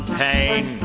pain